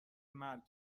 مرگ